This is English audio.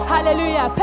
Hallelujah